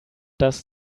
does